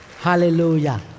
Hallelujah